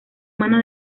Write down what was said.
mano